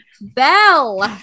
Bell